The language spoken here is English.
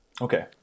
Okay